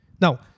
Now